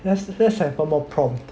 let's let's have one more prompt